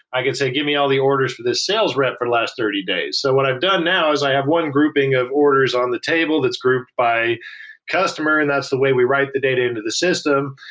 i can say, give me all the orders for this sales rep for the last thirty days. so what i've done now is i have one grouping of orders on the table that's grouped by customer, and that's the way we write the data into the system.